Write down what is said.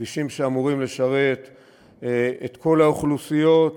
כבישים שאמורים לשרת את כל האוכלוסיות,